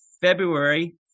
February